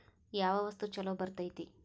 ಯಾವ ವಸ್ತು ಛಲೋ ಬರ್ತೇತಿ?